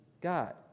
God